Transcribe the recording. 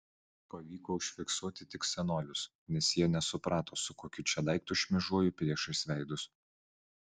pavyko užfiksuoti tik senolius nes jie nesuprato su kokiu čia daiktu šmėžuoju priešais veidus